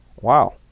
Wow